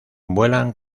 vuelan